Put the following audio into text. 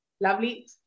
Lovely